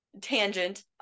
tangent